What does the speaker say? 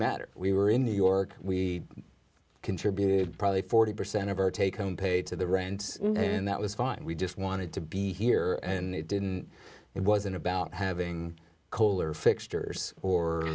matter we were in new york we contributed probably forty percent of our take home pay to the rand and that was fine we just wanted to be here and it didn't it wasn't about having kohler fixtures or